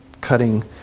cutting